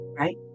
right